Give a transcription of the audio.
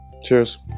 Cheers